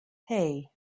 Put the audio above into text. hey